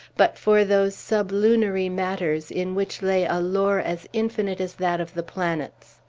but for those sublunary matters in which lay a lore as infinite as that of the planets.